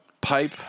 pipe